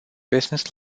business